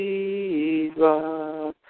Jesus